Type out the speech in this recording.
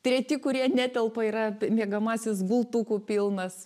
treti kurie netelpa yra miegamasis gultukų pilnas